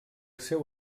seu